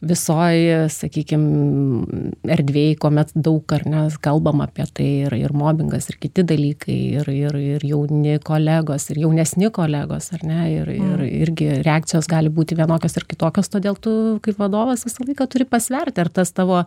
visoj sakykim erdvėj kuomet daug ar ne kalbama apie tai ir mobingas ir kiti dalykai ir ir ir jauni kolegos ir jaunesni kolegos ar ne ir ir irgi reakcijos gali būti vienokios ar kitokios todėl tu kaip vadovas visą laiką turi pasverti ar tas tavo